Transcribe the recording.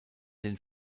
den